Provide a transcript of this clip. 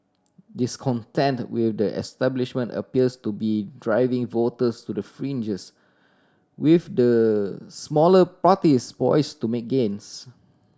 discontent will the establishment appears to be driving voters to the fringes with the smaller parties poised to make gains